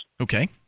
Okay